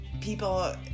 people